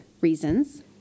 reasons